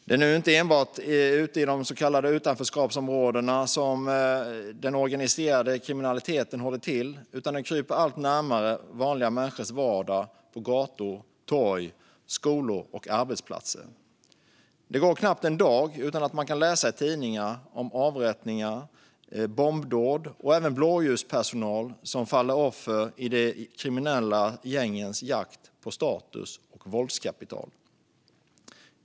Det är nu inte enbart ute i de så kallade utanförskapsområdena som den organiserade kriminaliteten håller till, utan den kryper allt närmare vanliga människors vardag på gator, torg, skolor och arbetsplatser. Det går knappt en dag utan att man kan läsa i tidningarna om avrättningar, bombdåd och blåljuspersonal som faller offer för de kriminella gängens jakt på status och våldskapital.